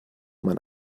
man